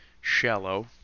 shallow